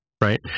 Right